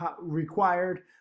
required